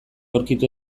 aurkitu